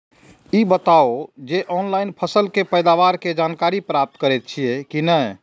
ई बताउ जे ऑनलाइन फसल के पैदावार के जानकारी प्राप्त करेत छिए की नेय?